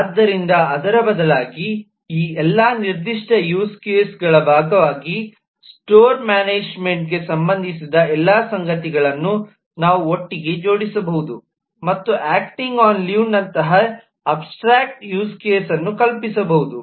ಆದ್ದರಿಂದ ಅದರ ಬದಲಾಗಿ ಈ ಎಲ್ಲಾ ನಿರ್ದಿಷ್ಟ ಯೂಸ್ ಕೇಸ್ಗಳ ಭಾಗವಾಗಿ ಸ್ಟೋರ್ ಮ್ಯಾನೇಜ್ಮೆಂಟ್ ಗೆ ಸಂಬಂಧಿಸಿದ ಎಲ್ಲ ಸಂಗತಿಗಳನ್ನು ನಾವು ಒಟ್ಟಿಗೆ ಜೋಡಿಸಬಹುದು ಮತ್ತು 'ಆಕ್ಟಿಂಗ್ ಆನ್ ಲೀವ್'ನಂತಹ ಅಬ್ಸ್ಟ್ರ್ಯಾಕ್ಟ್ ಯೂಸ್ ಕೇಸನ್ನು ಕಲ್ಪಿಸಬಹುದು